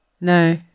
no